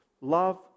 love